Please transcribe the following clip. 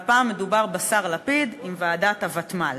והפעם מדובר בשר לפיד עם ועדת הוותמ"ל.